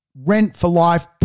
rent-for-life